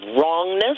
wrongness